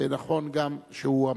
ונכון גם שהוא המשיב.